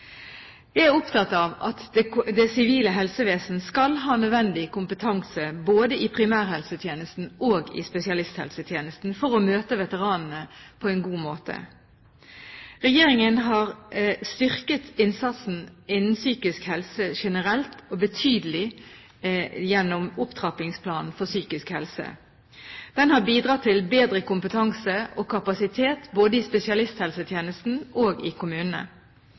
Jeg er opptatt av at det sivile helsevesen skal ha nødvendig kompetanse, både i primærhelsetjenesten og i spesialisthelsetjenesten, til å møte veteranene på en god måte. Regjeringen har styrket innsatsen innen psykisk helse generelt og betydelig gjennom Opptrappingsplanen for psykisk helse. Den har bidratt til bedre kompetanse og kapasitet, både i spesialisthelsetjenesten og i kommunene.